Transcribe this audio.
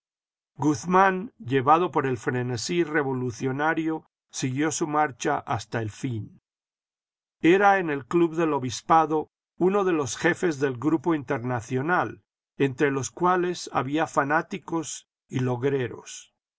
guzmán llevado por el frenesí revolucionario siguió su marcha hasta el fin era en el club del obispado uno de los jefes del grupo internacional entre los cuales había fanáticos y logreros